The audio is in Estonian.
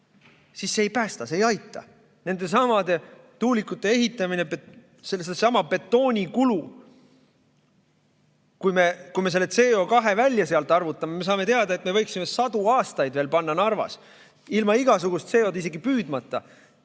siis see ei päästa, see ei aita. Nendesamade tuulikute ehitamine, seesama betoonikulu. Kui me selle CO2sealt välja arvutame, siis saame teada, et me võiksime sadu aastaid veel toota Narvas ilma igasugust CO2isegi püüdmata.